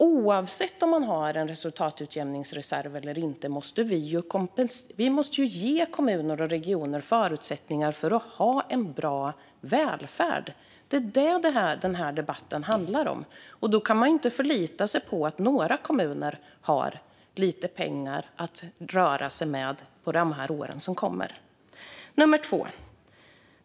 Oavsett om man har en resultatutjämningsreserv eller inte måste vi ge kommuner och regioner förutsättningar att ha en bra välfärd. Detta är vad den här debatten handlar om. Då kan man inte förlita sig på att några kommuner har lite pengar att röra sig med under de år som kommer. Det var det andra.